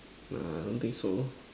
err I don't think so